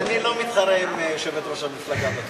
כי אני לא מתחרה עם יושבת-ראש המפלגה בתחום.